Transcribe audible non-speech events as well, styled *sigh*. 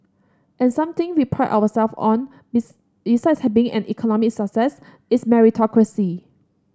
and something we pride ourselves on *unintelligible* besides *unintelligible* being an economic success is meritocracy